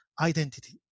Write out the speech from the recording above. identity